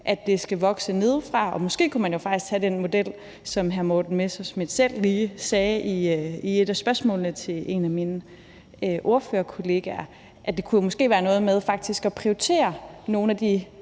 at det skal vokse nedefra, og måske kunne man faktisk have den model, som hr. Morten Messerschmidt selv lige sagde i et af spørgsmålene til en af mine ordførerkollegaer. Måske kunne det være noget med faktisk at prioritere nogle af de